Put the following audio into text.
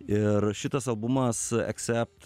ir šitas albumas accept